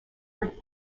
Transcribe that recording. brick